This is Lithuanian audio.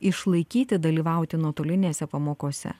išlaikyti dalyvauti nuotolinėse pamokose